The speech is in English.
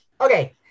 Okay